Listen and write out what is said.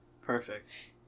perfect